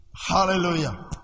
Hallelujah